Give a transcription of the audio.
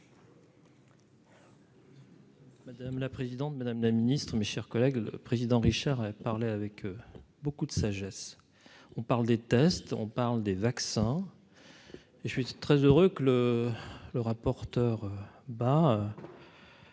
Madame la présidente, Madame la Ministre, mes chers collègues, le président Richard parlé avec beaucoup de sagesse, on parle des tests, on parle des vaccins et je suis très heureux que le le rapporteur ben